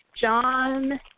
John